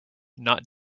not